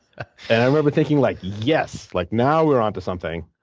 and i remember thinking, like yes. like now, we're onto something.